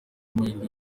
amahirwe